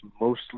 mostly